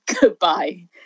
goodbye